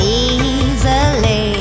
easily